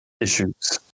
issues